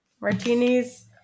Martinis